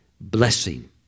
blessing